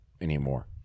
anymore